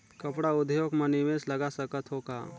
कपड़ा उद्योग म निवेश लगा सकत हो का?